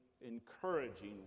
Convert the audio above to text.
encouraging